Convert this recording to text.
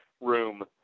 room